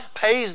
pays